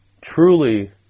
truly